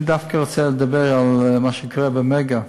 אני דווקא רוצה לדבר על מה שקורה ב"מגה".